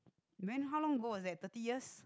when how long ago was that thirty years